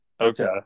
Okay